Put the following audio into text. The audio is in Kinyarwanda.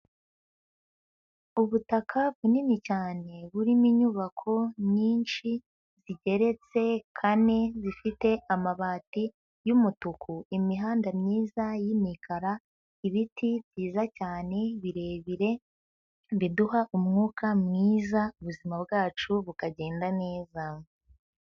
Ubutaka bunini cyane burimo inyubako nyinshi zigeretse kane zifite amabati y'umutuku, imihanda myiza y'imikara, ibiti byiza cyane birebire biduha umwuka mwiza ubuzima bwacu bukagenda neza.